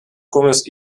comments